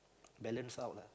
balance out lah